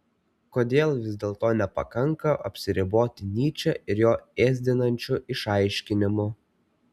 kodėl vis dėlto nepakanka apsiriboti nyče ir jo ėsdinančiu išaiškinimu